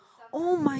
oh my